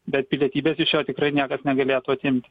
bet pilietybės iš jo tikrai niekas negalėtų atimti